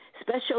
special